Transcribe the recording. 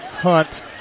Hunt